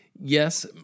yes